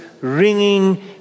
ringing